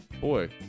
Boy